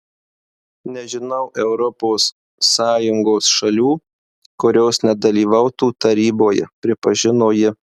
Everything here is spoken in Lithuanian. nežinau europos sąjungos šalių kurios nedalyvautų taryboje pripažino ji